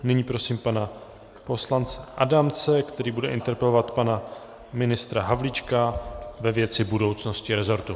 Nyní prosím pana poslance Adamce, který bude interpelovat pana ministra Havlíčka ve věci budoucnosti resortu.